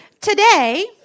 Today